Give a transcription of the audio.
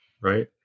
Right